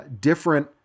different